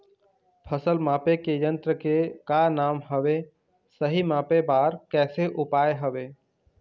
फसल मापे के यन्त्र के का नाम हवे, सही मापे बार कैसे उपाय हवे?